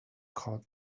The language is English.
called